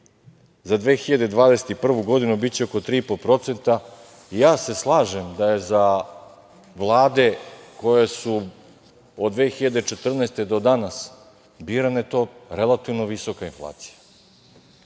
za 2021. godinu biće oko 3,5%. Ja se slažem da je za vlade koje su od 2014. godine do danas birane to relativno visoka inflacija.